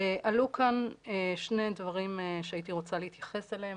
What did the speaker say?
עלו כאן שני דברים שהייתי רוצה להתייחס אליהם,